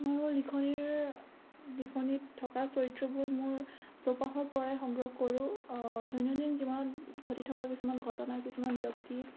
মই মোৰ লিখনিৰ লিখনিত থকা চৰিত্ৰবোৰ মোৰ চৌপাশৰ পৰাই সংগ্ৰহ কৰোঁ দৈনন্দিন জীৱনত ঘটি থকা কিছুমান ঘটনা কিছুমান ব্যক্তি